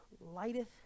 lighteth